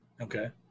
Okay